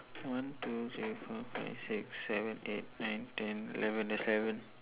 one two three four five six seven eight nine ten eleven there's eleven